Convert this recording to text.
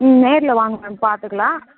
ம் நேரில் வாங்க மேம் பார்த்துக்கலாம்